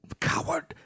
Coward